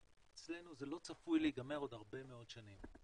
אצלנו זה לא צפוי להיגמר עוד הרבה מאוד שנים.